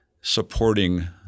supporting